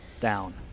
down